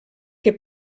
que